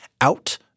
out